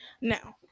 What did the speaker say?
now